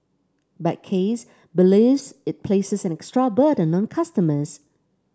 but Case believes it places an extra burden on customers